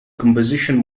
composition